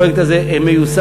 הפרויקט הזה מיושם.